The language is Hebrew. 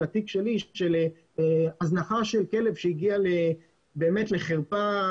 התיק שלי של הזנחה של כלב שהגיע באמת לחרפה,